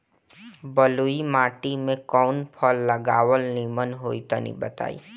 बलुई माटी में कउन फल लगावल निमन होई तनि बताई?